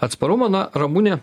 atsparumą na ramunė